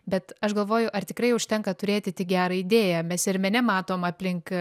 bet aš galvoju ar tikrai užtenka turėti tik gerą idėją mes ir mene matom aplink